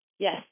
Yes